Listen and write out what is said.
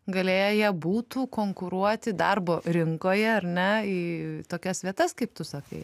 galėję būtų konkuruoti darbo rinkoje ar ne į tokias vietas kaip tu sakai